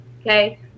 okay